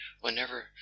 whenever